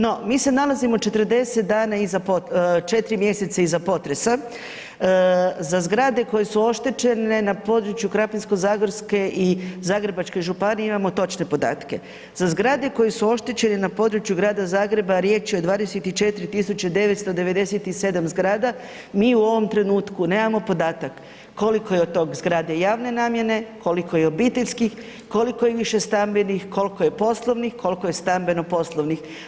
No, mi se nalazimo 4 mjeseca iza potresa, za zgrade koje su oštećene na području Krapinsko-zagorske i Zagrebačke županije imamo točne podatke, za zgrade koje su oštećene na području Grada Zagreba, a riječ je o 24.997 zgrada, mi u ovom trenutku nemamo podatak koliko je od tih zgrada javne namjene, koliko je obiteljskih, koliko je više stambenih, koliko je stambenih, koliko je stambeno-poslovnih.